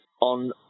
on